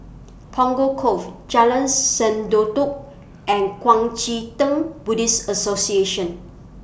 Punggol Cove Jalan Sendudok and Kuang Chee Tng Buddhist Association